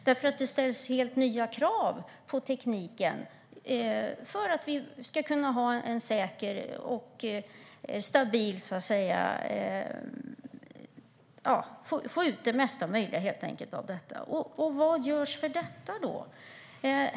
Det ställs helt nya krav på tekniken för att vi helt enkelt ska kunna få ut det mesta möjliga av det. Vad görs för detta?